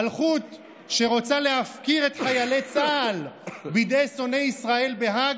מלכות שרוצה להפקיר את חיילי צה"ל בידי שונאי ישראל בהאג?